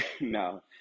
no